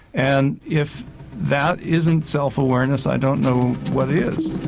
and if that isn't self awareness i don't know what is.